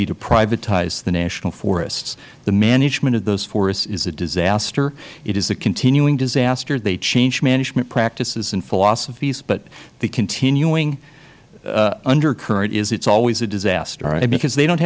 be to privatize the national forests the management of those forests is a disaster it is a continuing disaster they change management practices and philosophies but the continuing undercurrent is it is always a disaster because they don't